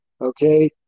Okay